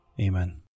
amen